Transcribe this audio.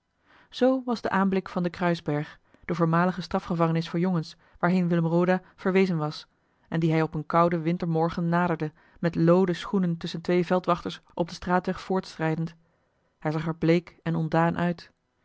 zoo was de aanblik van den kruisberg de voormalige strafgevangenis voor jongens waarheen willem roda verwezen was en die hij op een kouden wintermorgen naderde met looden schoenen tusschen twee veldwachters op den straatweg voortschrijdend hij zag er bleek en ontdaan uit